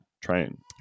train